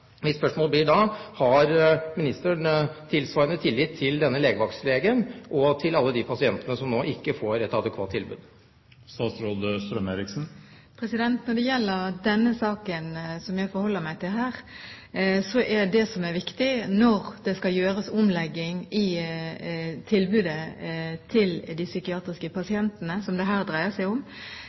Mitt spørsmål blir da: Har ministeren tilsvarende tillit til denne legevaktlegen – og til alle de pasientene som ikke får et adekvat tilbud? Når det skal gjøres omlegging i tilbudet til de psykiatriske pasientene som det her dreier seg om, de eldre som er på Kløverhagen – det er den saken jeg forholder meg til